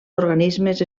organismes